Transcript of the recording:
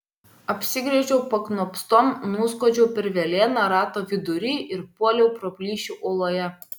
apsigręžiau paknopstom nuskuodžiau per velėną rato vidury ir puoliau pro plyšį uoloje